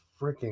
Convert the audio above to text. freaking